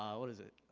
um what is it.